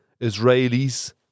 Israelis